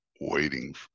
waiting